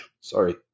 sorry